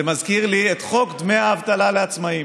זה מזכיר לי את חוק דמי האבטלה לעצמאים.